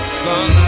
sun